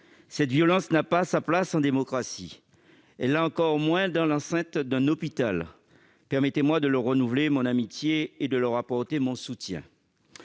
telle violence n'a pas sa place en démocratie, encore moins dans l'enceinte d'un hôpital. Permettez-moi de leur exprimer à nouveau mon amitié et de leur apporter tout mon soutien.